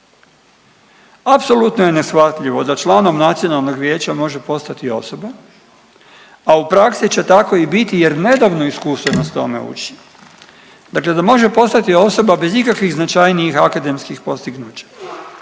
Apsolutno je neshvatljivo da članom nacionalnog vijeća može postati osoba, a u praksi će tako i biti jer nedavno iskustvo nas tome uči, dakle da može postati osoba bez ikakvih značajnih akademskih postignuća.